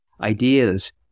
ideas